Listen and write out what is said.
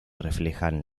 reflejan